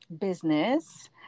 business